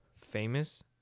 Famous